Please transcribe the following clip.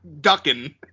ducking